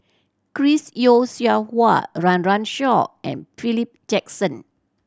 Chris Yeo Siew Hua Run Run Shaw and Philip Jackson